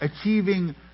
achieving